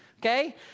okay